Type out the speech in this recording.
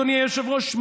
אדוני היושב-ראש,